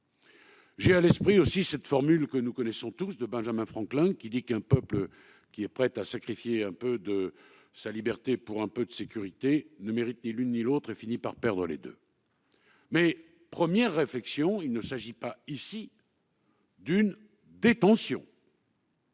aussi à l'esprit cette formule que nous connaissons tous de Benjamin Franklin selon laquelle un peuple qui est prêt à sacrifier un peu de sa liberté pour un peu de sécurité ne mérite ni l'une ni l'autre et finit par perdre les deux. Première réflexion : il ne s'agit pas d'une détention.